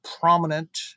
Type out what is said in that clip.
prominent